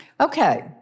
Okay